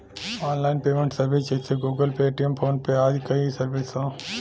online payment service जइसे Google Pay, Paytm, PhonePe आदि कई सर्विस हौ